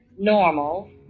normal